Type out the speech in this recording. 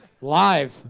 Live